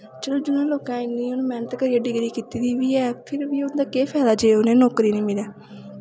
चल जिनें लोकें इन्नी हून मैह्नत करियै डिग्री कीती दी बी ऐ फिर बी उं'दा केह् फैदा जे नौकरी नेईं मिलै